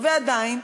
ועדיין,